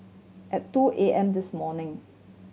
at two A M this morning